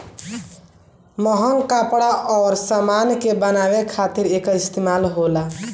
महंग कपड़ा अउर समान के बनावे खातिर एकर इस्तमाल होला